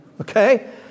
okay